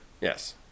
Yes